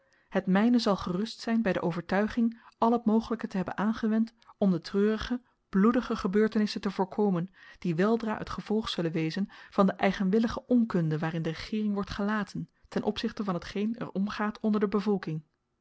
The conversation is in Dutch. het myne zal gerust zyn by de overtuiging al het mogelyke te hebben aangewend om de treurige bloedige gebeurtenissen te voorkomen die weldra t gevolg zullen wezen van de eigenwillige onkunde waarin de regeering wordt gelaten tenopzichte van hetgeen er omgaat onder de bevolking